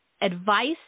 advice